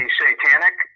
satanic